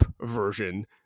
version